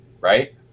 right